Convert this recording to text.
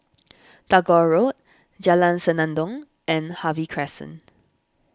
Tagore Road Jalan Senandong and Harvey Crescent